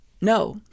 No